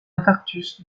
infarctus